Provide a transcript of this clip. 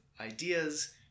ideas